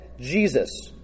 Jesus